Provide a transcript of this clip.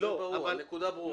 הנקודה ברורה.